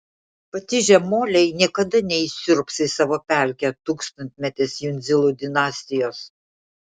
patižę moliai niekada neįsiurbs į savo pelkę tūkstantmetės jundzilų dinastijos